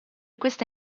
questa